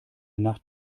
nacht